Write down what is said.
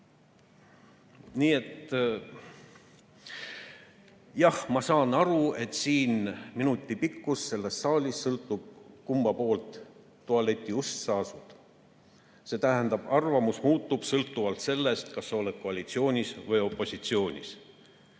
et jah, ma saan aru, et minuti pikkus selles saalis sõltub sellest, kummal pool tualetiust sa asud. See tähendab, et arvamus muutub sõltuvalt sellest, kas sa oled koalitsioonis või opositsioonis.